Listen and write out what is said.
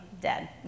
dead